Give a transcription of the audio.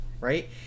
Right